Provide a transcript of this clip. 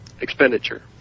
expenditure